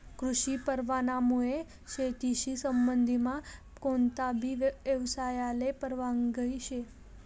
कृषी परवानामुये शेतीशी संबंधमा कोणताबी यवसायले परवानगी शे